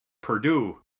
Purdue